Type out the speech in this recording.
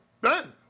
Ben